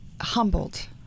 humbled